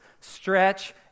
stretch